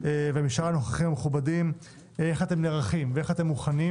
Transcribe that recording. ושאר הנוכחים המכובדים איך אתם נערכים ואיך אתם מוכנים